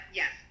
yes